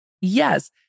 Yes